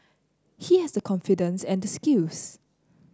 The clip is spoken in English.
he has the confidence and the skills